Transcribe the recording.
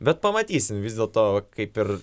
bet pamatysim vis dėlto kaip ir